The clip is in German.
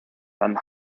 dann